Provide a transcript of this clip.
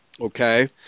okay